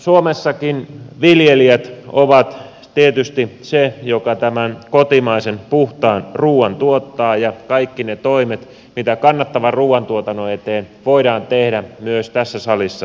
suomessakin viljelijät ovat tietysti se joka tämä kotimaisen puhtaan ruuan tuottaa ja kaikki ne toimet mitä kannattavan ruuantuotannon eteen voidaan tehdä myös tässä salissa tulisi tehdä